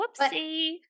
Whoopsie